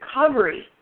recovery